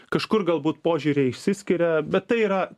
kažkur galbūt požiūriai išsiskiria bet tai yra